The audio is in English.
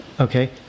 okay